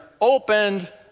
opened